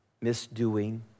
misdoing